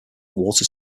water